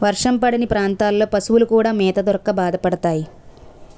వర్షం పడని ప్రాంతాల్లో పశువులు కూడా మేత దొరక్క బాధపడతాయి